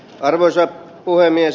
arvoisa puhemies